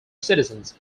citizens